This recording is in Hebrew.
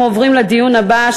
אנחנו עוברים לדיון הבא,